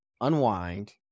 unwind